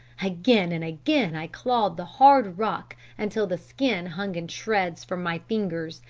again and again i clawed the hard rock, until the skin hung in shreds from my fingers,